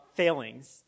failings